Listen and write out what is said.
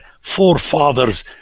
forefathers